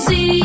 See